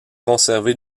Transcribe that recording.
conservée